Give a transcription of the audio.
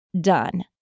done